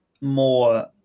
more